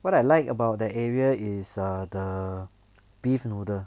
what I like about that area is err the beef noodle